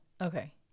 Okay